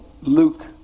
Luke